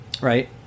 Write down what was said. Right